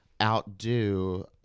outdo